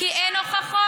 כי אין הוכחות.